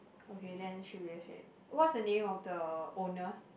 okay then should be the same what's the name of the owner